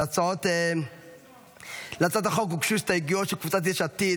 להצעת החוק הוגשו הסתייגויות של קבוצות יש עתיד,